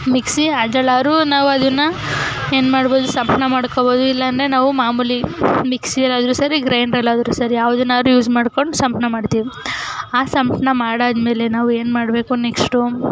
mixie ಅದ್ರಲ್ಲಾದ್ರೂ ನಾವು ಅದನ್ನು ಏನು ಮಾಡ್ಬೋದು ಸಂಪ್ಳ ಮಾಡ್ಕೊಳ್ಬೋದು ಇಲ್ಲ ಅಂದ್ರೆ ನಾವು ಮಾಮೂಲಿ ಮಿಕ್ಸಿಯಲ್ಲಾದರೂ ಸರಿ ಗ್ರೈಂಡ್ರಲ್ಲಾದ್ರೂ ಸರಿ ಯಾವುದನ್ನಾದ್ರೂ ಯೂಸ್ ಮಾಡಿಕೊಂಡು ಸಂಪ್ಳ ಮಾಡ್ತೀವಿ ಆ ಸಂಪ್ಳ ಮಾಡಾದ್ಮೇಲೆ ನಾವು ಏನು ಮಾಡಬೇಕು ನೆಕ್ಸ್ಟು